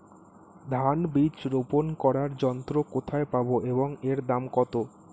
ধান বীজ রোপন করার যন্ত্র কোথায় পাব এবং এর দাম কত?